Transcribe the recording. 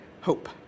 Hope